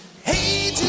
Hey